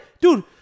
dude